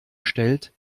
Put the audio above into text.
stellt